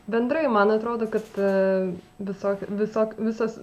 bendrai man atrodo kad visokių visokių visas